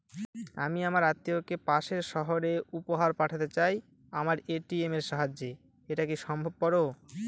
আমি আমার আত্মিয়কে পাশের সহরে উপহার পাঠাতে চাই আমার এ.টি.এম এর সাহায্যে এটাকি সম্ভবপর?